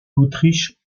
autriche